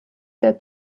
der